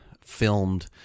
filmed